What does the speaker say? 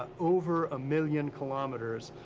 ah over a million kilometers,